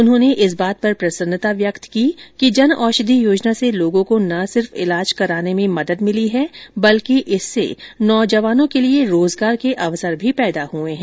उन्होंने इस बात पर प्रसन्नता व्यक्त की कि जन औषधि योजना से लोगों को न सिर्फ इलाज कराने में मदद मिली है बल्कि इससे नौजवानों के लिए रोजगार के अवसर भी पैदा हुए हैं